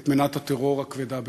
את מנת הטרור הכבדה ביותר.